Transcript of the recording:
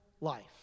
life